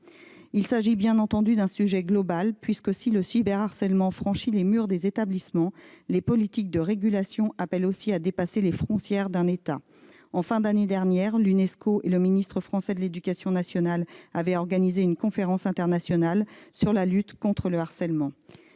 Il s'agit bien entendu d'un sujet global puisque, si le cyberharcèlement franchit les murs des établissements, les politiques de régulation appellent aussi à dépasser les frontières étatiques. En fin d'année dernière, l'Unesco et le ministère français de l'éducation nationale avaient organisé une conférence internationale sur la lutte contre le harcèlement